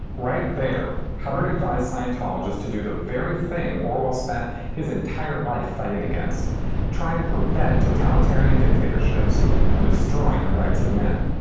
right there, hubbard advises scientologists to do the very thing orwell spent his entire life fighting against trying to prevent totalitarian dictatorships from destroying the rights of men.